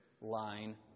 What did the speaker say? line